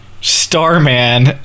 Starman